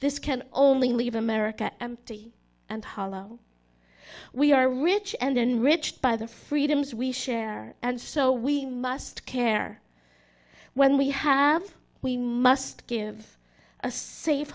this can only leave america empty and hollow we are rich and enriched by the freedoms we share and so we must care when we have we must give a safe